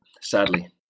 sadly